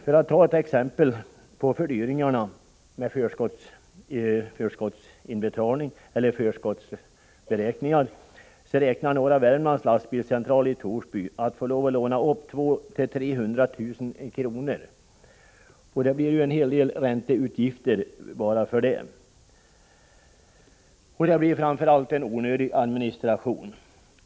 För att ta ett exempel på fördyringarna med förskottsberäkningar räknar Norra Värmlands Lastbilcentral i Torsby med att få låna upp till 200 000 300 000 kr. Det blir en hel del ränteutgifter bara för det, och det blir framför allt en onödig administration.